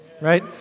right